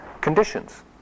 Conditions